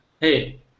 hey